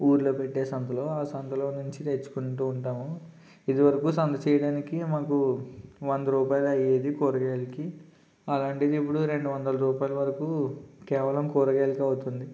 ఊర్లో పెట్టే సంతలో ఆ సంతలో నుంచి తెచ్చుకుంటూ ఉంటాము ఇదివరకు సంత చేయడానికి మాకు వంద రూపాయలు అయ్యేది కూరగాయలకి అలాంటిది ఇప్పుడు రెండు వందలు రూపాయల వరకు కేవలం కూరగాయలకే అవుతుంది